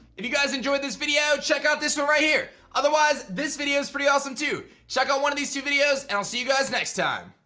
if you guys enjoyed this video, check out this one right here. otherwise, this video's pretty awesome too. check out one of these two videos and i'll see you guys next time.